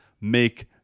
make